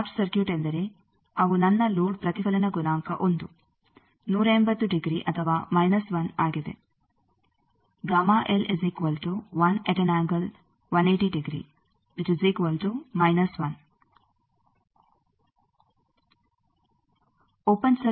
short circuit ಎಂದರೆ ಅವು ನನ್ನ ಲೋಡ್ ಪ್ರತಿಫಲನ ಗುಣಾಂಕ 1 180 ಡಿಗ್ರಿ ಅಥವಾ ಮೈನಸ್ 1 ಆಗಿದೆ